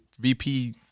VP